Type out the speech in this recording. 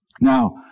Now